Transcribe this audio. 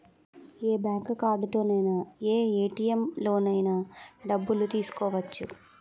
ఏ bank కార్డుతోనైన ఏ ATM లోనైన డబ్బులు తీసుకోవచ్చు